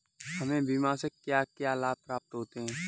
हमें बीमा से क्या क्या लाभ प्राप्त होते हैं?